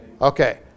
Okay